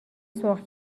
سرخ